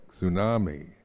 tsunami